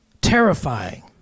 Terrifying